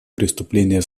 преступления